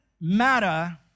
matter